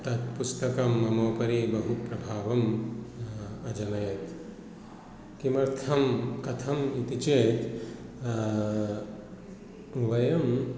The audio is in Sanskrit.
तत् पुस्तकं मम उपरि बहु प्रभावम् अजनयत् किमर्थं कथम् इति चेत् वयम्